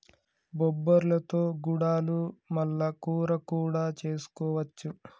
బొబ్బర్లతో గుడాలు మల్ల కూర కూడా చేసుకోవచ్చు